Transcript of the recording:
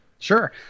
Sure